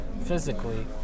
physically